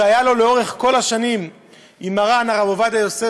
שהיה לו לאורך כל השנים עם מרן הרב עובדיה יוסף,